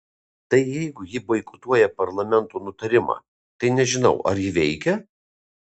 tai jeigu ji boikotuoja parlamento nutarimą tai nežinau ar ji veikia